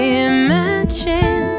imagine